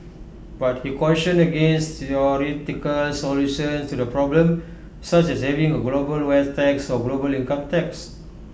but he cautioned against theoretical solutions to the problem such as having A global wealth tax or global income tax